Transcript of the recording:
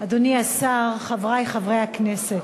אדוני השר, חברי חברי הכנסת,